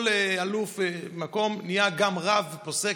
כל אלוף מקום נהיה גם רב פוסק,